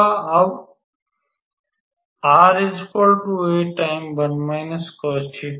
अब r a1 cos𝜃 है